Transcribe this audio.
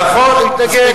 נכון, הוא התנגד.